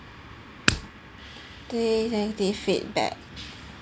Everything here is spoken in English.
okay negative feedback